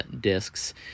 discs